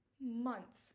months